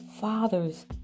father's